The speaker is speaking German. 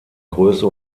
größe